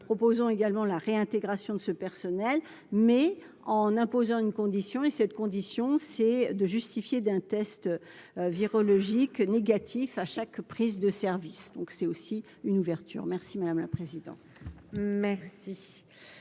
proposons également la réintégration de ce personnel mais en imposant une condition et cette condition c'est de justifier d'un test virologique négatif à chaque prise de service, donc c'est aussi une ouverture, merci madame la présidente.